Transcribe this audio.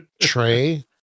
tray